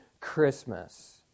Christmas